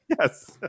Yes